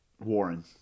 Warren